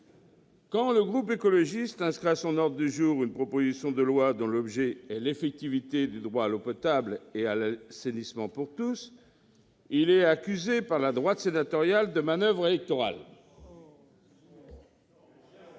quand le groupe écologiste inscrit à notre ordre du jour une proposition de loi dont l'objet est l'effectivité du droit à l'eau potable et à l'assainissement pour tous, il est accusé par la droite sénatoriale de manoeuvre électorale.